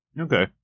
Okay